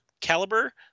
caliber